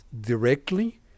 directly